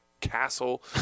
Castle